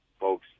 folks